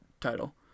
title